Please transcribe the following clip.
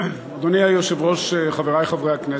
אדוני היושב-ראש, חברי חברי הכנסת,